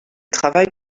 travaille